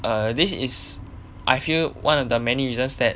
err this is I feel one of the many reasons that